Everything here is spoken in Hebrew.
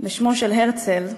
בשמו של הרצל,